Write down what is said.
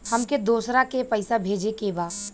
हमके दोसरा के पैसा भेजे के बा?